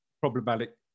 problematic